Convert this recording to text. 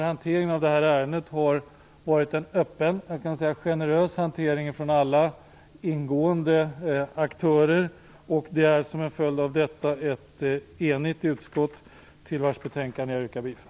Hanteringen av detta ärende har varit öppen och generös från alla ingående aktörer, och som följd av detta står ett enigt utskott bakom utskottets hemställan. Jag yrkar bifall till denna.